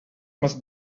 must